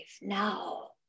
now